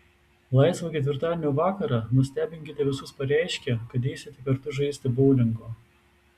laisvą ketvirtadienio vakarą nustebinkite visus pareiškę kad eisite kartu žaisti boulingo